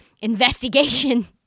investigation